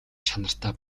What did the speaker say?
чанартай